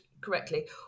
correctly